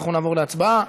ואנחנו נעבור להצבעה.